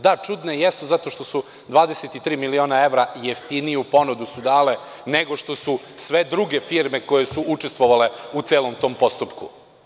Da, čudne jesu zato što su 23 miliona evra jeftiniju ponudu dale nego što su sve druge firme koje su učestvovale u celom tom postupku.